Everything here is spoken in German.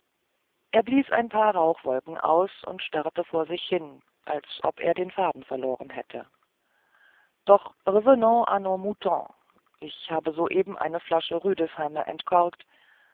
er blies ein paar rauchwolken aus und starrte vor sich hin als ob er den faden verloren hätte doch revenons nos moutons ich hatte soeben eine flasche rüdesheimer entkorkt